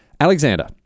Alexander